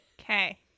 Okay